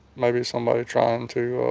maybe somebody's trying to